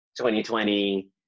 2020